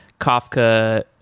Kafka